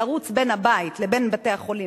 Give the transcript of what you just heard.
לרוץ בין הבית לבין בתי-החולים,